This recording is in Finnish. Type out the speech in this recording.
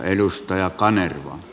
herra puhemies